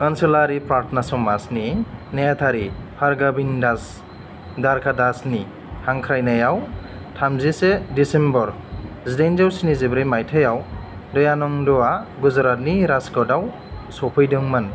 ओनसोलारि प्रार्थना समाजनि नेहाथारि हरगोविंद दास द्वारकादासनि हांख्रायनायाव थामजिसे दिसेम्बर जिदाइनजौ स्निजिब्रै मायथाइयाव दयानंदआ गुजरातनि राजकोटआव सफैदोंमोन